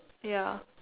ya